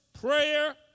prayer